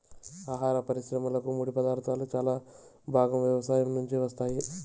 ఆహార పరిశ్రమకు ముడిపదార్థాలు చాలా భాగం వ్యవసాయం నుంచే వస్తాయి